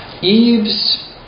Eve's